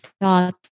thought